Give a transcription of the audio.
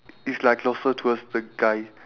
it's like closer towards the guy